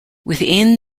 within